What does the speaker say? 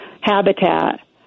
habitat